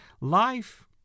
life